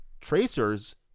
Tracers